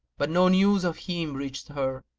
but no news of him reached her.